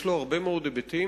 יש לו הרבה מאוד היבטים,